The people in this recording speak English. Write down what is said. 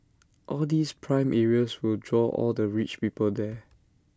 all these prime areas will draw all the rich people there